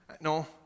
No